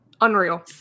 Unreal